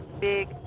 big